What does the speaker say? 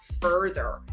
further